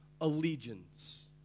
allegiance